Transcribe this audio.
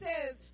says